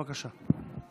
בבקשה.